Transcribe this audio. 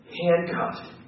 handcuffed